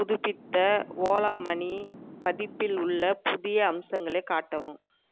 புதுப்பித்த Ola Money பதிப்பில் உள்ள புதிய அம்சங்களை காட்டவும்